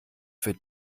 für